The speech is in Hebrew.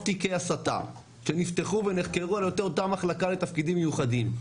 תיקי הסתה שנפתחו ונחקרו על ידי אותה מחלקה לתפקידים מיוחדים.